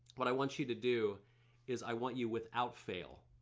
what i want you to do is i want you without fail,